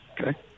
Okay